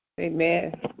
amen